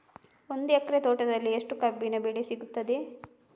ಒಂದು ಎಕರೆ ತೋಟದಲ್ಲಿ ಎಷ್ಟು ಕಬ್ಬಿನ ಬೆಳೆ ಸಿಗುತ್ತದೆ?